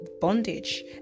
bondage